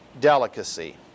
delicacy